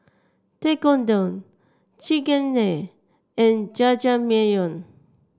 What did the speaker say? Tekkadon Chigenabe and Jajangmyeon